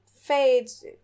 fades